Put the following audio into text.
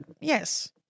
Yes